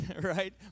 right